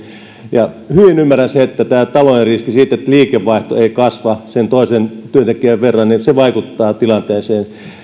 ja hyvin ymmärrän sen että taloudellinen riski siitä että liikevaihto ei kasva sen toisen työntekijän verran vaikuttaa tilanteeseen